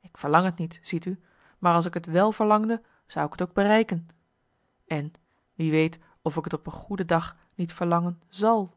ik verlang t niet ziet u maar als ik t wel verlangde zou ik t ook bereiken en wie weet of ik t op een goede dag niet verlangen zal